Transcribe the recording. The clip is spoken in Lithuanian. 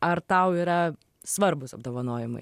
ar tau yra svarbūs apdovanojimai